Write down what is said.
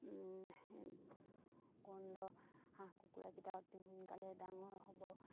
গন্ধ হাঁহ কুকুৰাকেইটা অতি সোনকালে ডাঙৰ হ'ব